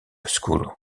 school